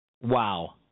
Wow